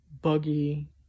buggy